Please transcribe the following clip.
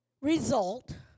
Result